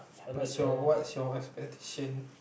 what's your what's your expectation